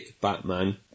Batman